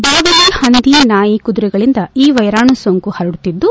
ಬಾವಲಿ ಹಂದಿ ನಾಯಿ ಕುದುರೆಗಳಿಂದ ಈ ವೈರಾಣು ಸೋಂಕು ಹರಡುತ್ತಿದ್ದು